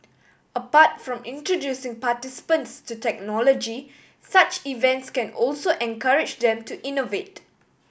apart from introducing participants to technology such events can also encourage them to innovate